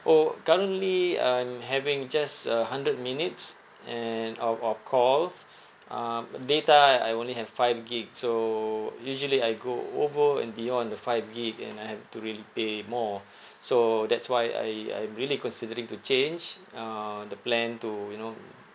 orh currently I'm having just a hundred minutes and of of calls um data I I only have five gigabyte so usually I go over and beyond the five gigabyte and I have to really pay more so that's why I I'm really considering to change uh the plan to you know